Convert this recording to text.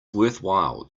worthwhile